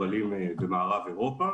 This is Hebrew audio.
בנוסף,